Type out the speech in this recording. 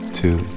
two